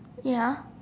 ya